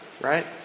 right